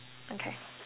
okay